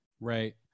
Right